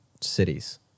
cities